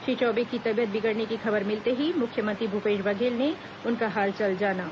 श्री चौबे की तबीयत बिगड़ने की खबर मिलते ही मुख्यमंत्री भूपेश बघेल ने उनका हालचाल जाना